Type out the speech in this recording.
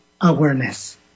awareness